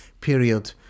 period